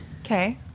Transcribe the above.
Okay